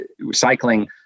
recycling